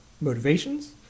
motivations